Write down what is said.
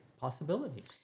possibility